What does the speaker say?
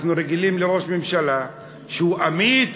אנחנו רגילים לראש ממשלה שהוא אמיץ,